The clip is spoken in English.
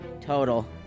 Total